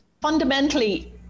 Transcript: fundamentally